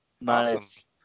Nice